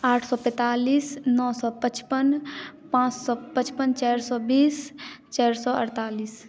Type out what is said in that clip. आठ सए पैंतालीस नओ सए पचपन पाँच सए पचपन चारि सए बीस चारि सए अड़तालीस